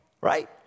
right